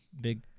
big